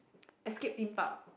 Escape-Theme-Park